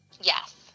Yes